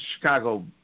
Chicago